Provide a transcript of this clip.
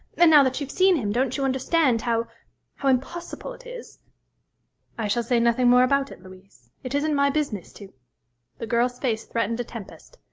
and now that you've seen him, don't you understand how how impossible it is i shall say nothing more about it, louise. it isn't my business to the girl's face threatened a tempest.